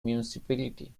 municipality